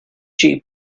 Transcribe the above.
chief